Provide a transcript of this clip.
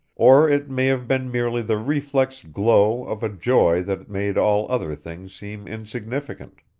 or it may have been merely the reflex glow of a joy that made all other things seem insignificant.